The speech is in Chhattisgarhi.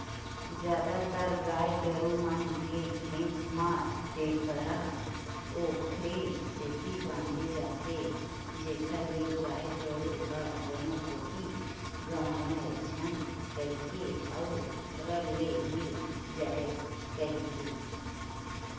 जादातर गाय गरु मन के घेंच म टेपरा ओखरे सेती बांधे जाथे जेखर ले गाय गरु ह कोनो कोती गंवाए झन कहिके अउ रब ले मिल जाय कहिके